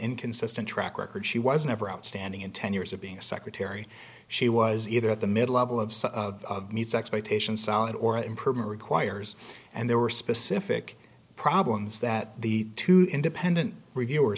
inconsistent track record she was never outstanding in ten years of being a secretary she was either at the mid level of some of meets expectations solid or improvement requires and there were specific problems that the two independent reviewers